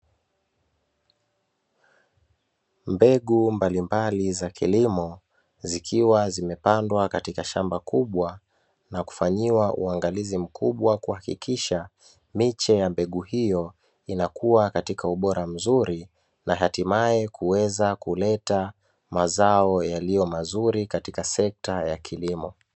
Mbegu mbalimbali za kilimo zikiwa zimepandwa katika shamba kubwa na kufanyiwa uangalizi mkubwa, kuhakikisha miche ya mbegu hiyo inakuwa katika ubora mzuri na hatimaye kuweza kuleta mazao yaliyo mazuri katika sekta ya kilimo.